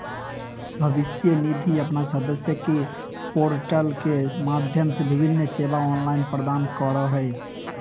भविष्य निधि अपन सदस्य के पोर्टल के माध्यम से विभिन्न सेवा ऑनलाइन प्रदान करो हइ